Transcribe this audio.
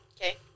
Okay